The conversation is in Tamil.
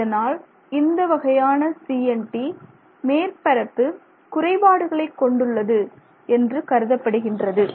இதனால் இந்த வகையான CNT மேற்பரப்பு குறைபாடுகளை கொண்டுள்ளது என்று கருதப்படுகின்றது